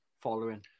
following